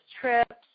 trips